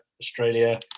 Australia